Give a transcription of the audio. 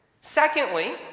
Secondly